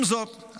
עם זאת,